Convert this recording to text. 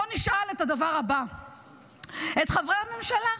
בואו נשאל את הדבר הבא את חברי הממשלה: